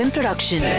Production